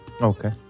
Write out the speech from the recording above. Okay